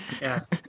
Yes